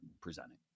presenting